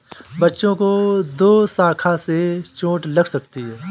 बच्चों को दोशाखा से चोट लग सकती है